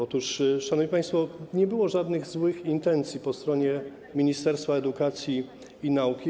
Otóż, szanowni państwo, nie było żadnych intencji po stronie Ministerstwa Edukacji i Nauki.